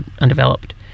undeveloped